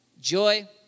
joy